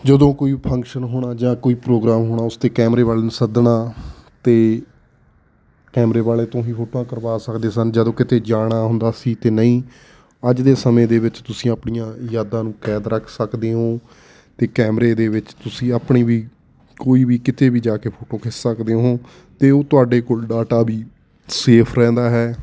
ਜਦੋਂ ਕੋਈ ਫੰਕਸ਼ਨ ਹੋਣਾ ਜਾਂ ਕੋਈ ਪ੍ਰੋਗਰਾਮ ਹੋਣਾ ਉਸ 'ਤੇ ਕੈਮਰੇ ਵਾਲੇ ਨੂੰ ਸੱਦਣਾ ਅਤੇ ਕੈਮਰੇ ਵਾਲੇ ਤੋਂ ਹੀ ਫੋਟੋਆਂ ਕਰਵਾ ਸਕਦੇ ਸਨ ਜਦੋਂ ਕਿਤੇ ਜਾਣਾ ਹੁੰਦਾ ਸੀ ਅਤੇ ਨਹੀਂ ਅੱਜ ਦੇ ਸਮੇਂ ਦੇ ਵਿੱਚ ਤੁਸੀਂ ਆਪਣੀਆਂ ਯਾਦਾਂ ਨੂੰ ਕੈਦ ਰੱਖ ਸਕਦੇ ਓਂ ਅਤੇ ਕੈਮਰੇ ਦੇ ਵਿੱਚ ਤੁਸੀਂ ਆਪਣੀ ਵੀ ਕੋਈ ਵੀ ਕਿਤੇ ਵੀ ਜਾ ਕੇ ਫੋਟੋ ਖਿੱਚ ਸਕਦੇ ਹੋ ਅਤੇ ਉਹ ਤੁਹਾਡੇ ਕੋਲ ਡਾਟਾ ਵੀ ਸੇਫ ਰਹਿੰਦਾ ਹੈ